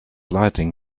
lighting